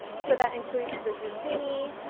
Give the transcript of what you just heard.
so that includes the zucchini,